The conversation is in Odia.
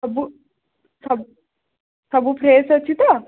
ସବୁ ସବୁ ଫ୍ରେଶ୍ ଅଛି ତ